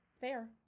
Fair